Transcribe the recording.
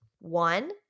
One